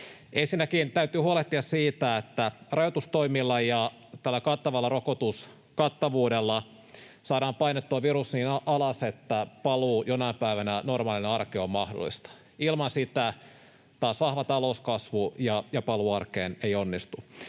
Ensinnäkin täytyy huolehtia siitä, että rajoitustoimilla ja tällä kattavalla rokotuskattavuudella saadaan painettua virus niin alas, että paluu jonain päivänä normaaliin arkeen on mahdollista. Ilman sitä vahva talouskasvu ja paluu arkeen ei onnistu.